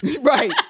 Right